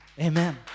Amen